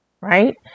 right